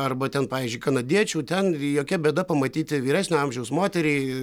arba ten pavyzdžiui kanadiečių ten jokia bėda pamatyti vyresnio amžiaus moterį